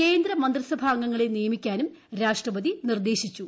കേന്ദ്ര മന്ത്രിസഭ അംഗങ്ങളെ നിയമിക്കാനും രാഷ്ട്രപതി നിർദ്ദേശിച്ചു